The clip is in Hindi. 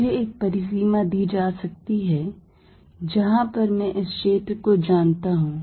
मुझे एक परिसीमा दी जा सकती है जहां पर मैं इस क्षेत्र को जानता हूं